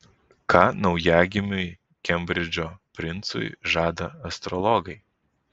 ką naujagimiui kembridžo princui žada astrologai